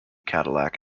cadillac